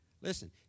Listen